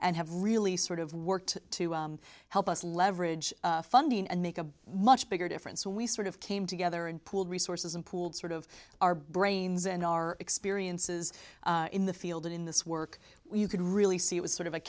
and have really sort of worked to help us leverage funding and make a much bigger difference so we sort of came together and pool resources and pooled sort of our brains and our experiences in the field in this work you could really see it was sort of a